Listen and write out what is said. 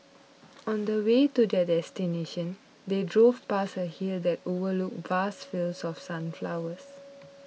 on the way to their destination they drove past a hill that overlooked vast fields of sunflowers